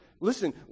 listen